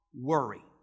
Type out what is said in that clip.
worry